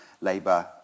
Labour